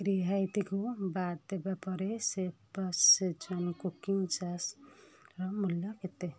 ରିହାତିକୁ ବାଦ୍ ଦେବା ପରେ ଶେଫ୍ ବସ୍ ସେଜୱାନ୍ କୁକିଂ ଚାସର ମୂଲ୍ୟ କେତେ